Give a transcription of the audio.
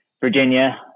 virginia